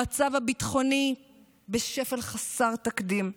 המצב הביטחוני בשפל חסר תקדים,